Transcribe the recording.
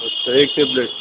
اچھا ایک ٹیبلیٹ